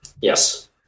Yes